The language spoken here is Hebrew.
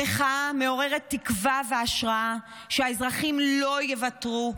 המחאה מעוררת תקווה והשראה שהאזרחים לא יוותרו.